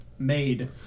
made